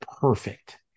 perfect